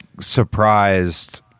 surprised